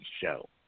show